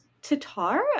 Tatar